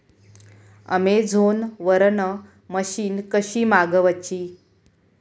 Amazon वरन मशीन कशी मागवची?